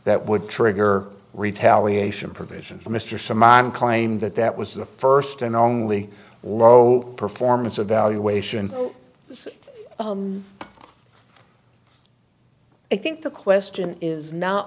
that would trigger retaliation provision for mr simn claim that that was the first and only low performance evaluation is i think the question is no